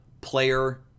player